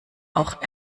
auch